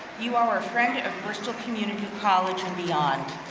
you are a friend of bristol community college and beyond.